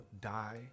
Die